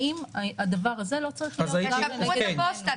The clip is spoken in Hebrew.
האם הדבר הזה לא צריך להיות גם לנגד עינינו.